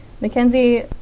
Mackenzie